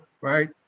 right